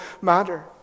matter